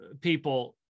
people